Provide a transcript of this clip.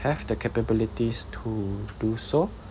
have the capabilities to do so